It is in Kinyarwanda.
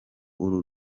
uru